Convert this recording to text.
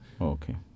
Okay